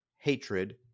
hatred